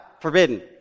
forbidden